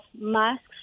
masks